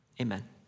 amen